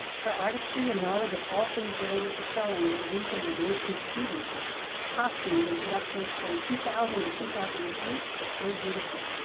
her artistry and knowledge of all things related to sewing were the reason why mason's students' costumes and productions from two thousand and two thousand and eight were so beautiful.